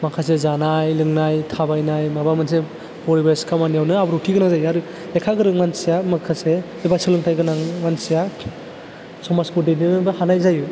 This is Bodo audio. माखासे जानाय लोंनाय थाबायनाय माबा मोनसे परिबेस खामानियावनो आब्रुथि गोनां जायो आरो लेखा गोरों मानसिया माखासे एबा सोलोंथाइ गोनां मानसिया समाजखौ दैदेननोबो हानाय जायो